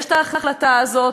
יש ההחלטה הזאת,